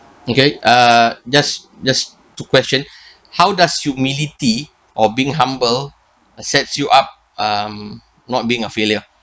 okay uh just just two question how does humility or being humble uh sets you up um not being a failure